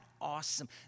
awesome